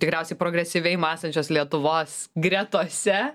tikriausiai progresyviai mąstančios lietuvos gretose